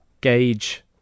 gauge